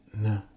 no